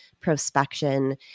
prospection